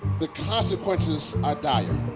the consequences are dire.